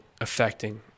affecting